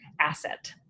asset